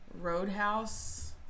roadhouse